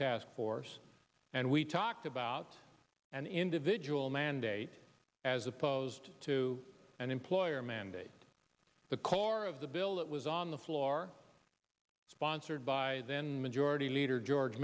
task force and we talked about an individual mandate as opposed to an employer mandate the core of the bill that was on the floor sponsored by then mage already leader george